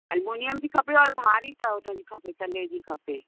aluminium जी खपे ऐं भारी त उहो तव्हांजी खपे तने जी खपे